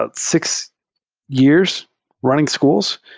but six years running schools,